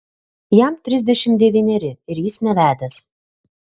jam trisdešimt devyneri ir jis nevedęs